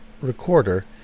recorder